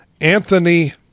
Anthony